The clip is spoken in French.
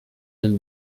mille